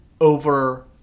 over